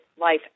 life